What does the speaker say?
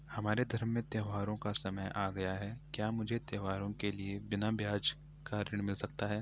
हमारे धर्म में त्योंहारो का समय आ गया है क्या मुझे त्योहारों के लिए बिना ब्याज का ऋण मिल सकता है?